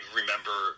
remember